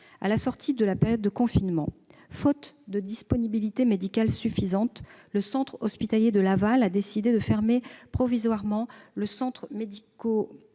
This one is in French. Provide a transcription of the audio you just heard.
À la sortie de la période de confinement, faute de disponibilité médicale suffisante, le centre hospitalier de Laval a décidé de fermer provisoirement le centre